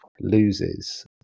loses